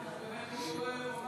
מה תמשיכו בפעם